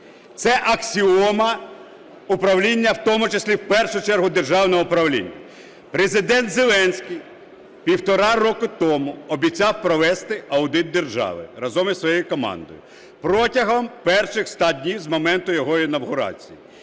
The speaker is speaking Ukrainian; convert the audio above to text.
Це аксіома управління, в тому числі в першу чергу – державного управління. Президент Зеленський півтора роки тому обіцяв провести аудит держави разом із своєю командою протягом перших 100 днів з моменту його інавгурації